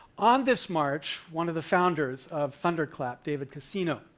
on this march, one of the founders of thunderclap, david cascino,